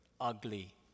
ugly